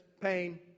pain